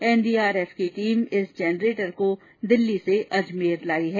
NDRF की team इस generator को दिल्ली से अजमेर लाई है